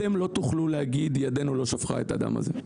אתם לא תוכלו להגיד ידינו לא שפכה את הדם הזה.